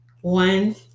One